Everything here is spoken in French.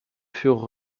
furent